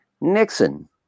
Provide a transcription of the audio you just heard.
Nixon